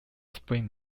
spring